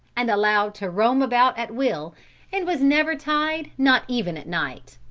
and allowed to roam about at will and was never tied not even at night.